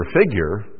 figure